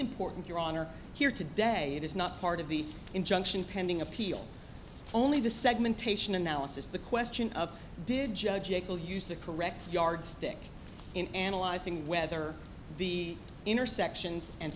important your honor here today it is not part of the injunction pending appeal only the segmentation analysis the question of did judge echo use the correct yardstick in analyzing whether the intersections and